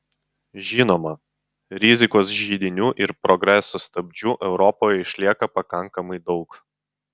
žinoma rizikos židinių ir progreso stabdžių europoje išlieka pakankamai daug